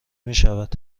میشود